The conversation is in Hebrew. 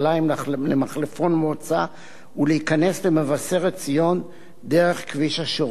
למחלפון מוצא ולהיכנס למבשרת-ציון דרך כביש השורק.